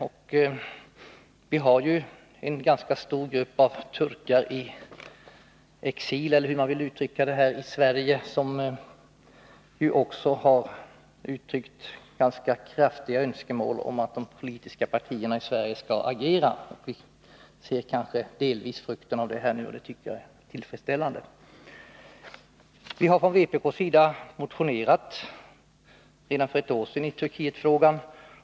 Vi har här i Sverige en ganska stor grupp turkar i exil — eller hur man nu vill uttrycka det — som kraftigt har uttalat önskemål om att de politiska partierna i Sverige skall agera. Till viss del ser vi frukten av detta i det som här har redovisats, och det tycker jag är tillfredsställande. Vpk har redan för ett år sedan motionerat i Turkietfrågan.